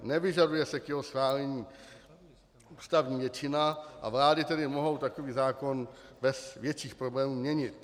Nevyžaduje se k jeho schválení ústavní většina, a vlády tedy mohou takový zákon bez větších problémů měnit.